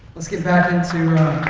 let's get back into